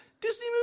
Disney